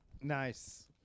Nice